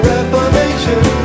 Reformation